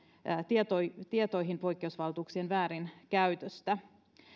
tietoihin tietoihin poikkeusvaltuuksien väärinkäytöstä